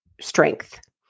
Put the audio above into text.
Strength